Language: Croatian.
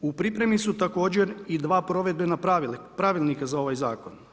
U pripremi su također i dva provedbena pravilnika za ovaj zakona.